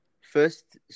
First